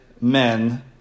men